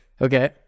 okay